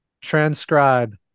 transcribe